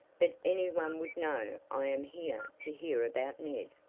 but any one would know i am here to hear about ned.